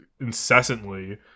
incessantly